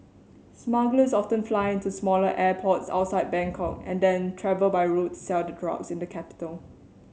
smugglers often fly into smaller airports outside Bangkok and then travel by road to sell the cross in the capital